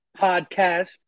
podcast